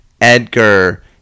Edgar